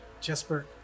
Jesper